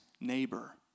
neighbor